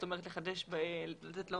זאת אומרת, לתת לו